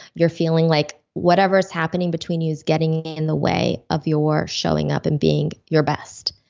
you're feeling like whatever's happening between you is getting in the way of your showing up and being your best.